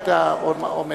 אני מתכבד